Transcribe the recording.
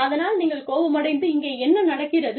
அதனால் நீங்கள் கோபமடைந்து 'இங்கே என்ன நடக்கிறது